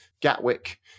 Gatwick